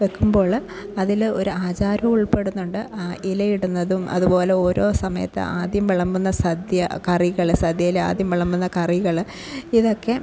വയ്ക്കുമ്പോൾ അതിൽ ഒരു ആചാരം ഉൾപ്പെടുന്നുണ്ട് ഇലയിടുന്നതും അതുപോലെ ഓരോ സമയത്ത് ആദ്യം വിളമ്പുന്ന സദ്യ കറികൾ സദ്യയിൽ ആദ്യം വിളമ്പുന്ന കറികൾ ഇതൊക്കെ